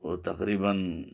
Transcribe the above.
وہ تقریبا